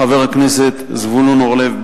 חבר הכנסת זבולון אורלב,